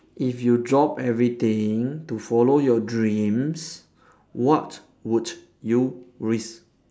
if you drop everything to follow your dreams what would you risk